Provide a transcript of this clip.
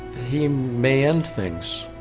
he may end things,